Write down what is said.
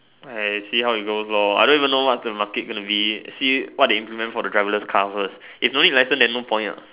I see how it goes lor I don't even know what's the market going to be see what it implements for the driverless cars first if no need license then no point uh